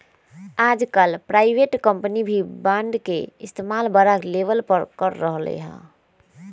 आजकल private company भी bond के इस्तेमाल बड़ा लेवल पर कर रहले है